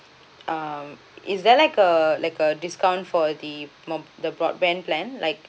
um is there like a like a discount for the mob~ the broadband plan like